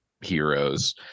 heroes